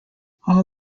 all